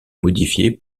modifié